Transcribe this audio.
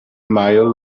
mile